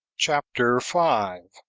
chapter five.